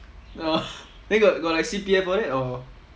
oh then got got like C_P_F all that or